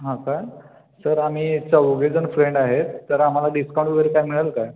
हां का सर आम्ही चौघेजण फ्रेंड आहेत तर आम्हाला डिस्काऊंट वगैरे काय मिळेल काय